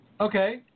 Okay